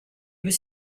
was